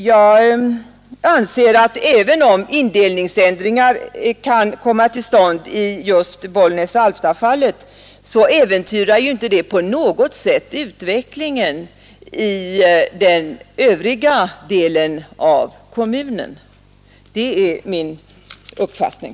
Jag anser, att även om indelningsändringar kan komma till stånd i just Bollnäs-Alftafallet, så behöver inte de på något sätt äventyra utvecklingen i den övriga delen av kommunen. Det är min uppfattning.